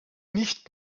nicht